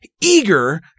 eager